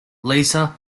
lisa